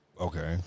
Okay